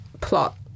plot